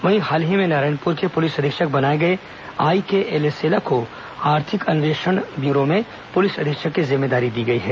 वहीं हाल ही में नारायणपुर के पुलिस अधीक्षक बनाए गए आईके एलेसेला को आर्थिक अन्वेषण ब्यूरो में पुलिस अधीक्षक की जिम्मेदारी दी गई है